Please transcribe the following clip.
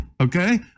okay